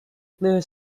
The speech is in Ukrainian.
книги